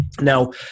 Now